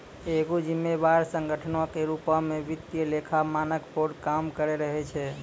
एगो जिम्मेवार संगठनो के रुपो मे वित्तीय लेखा मानक बोर्ड काम करते रहै छै